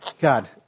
God